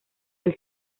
del